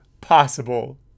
possible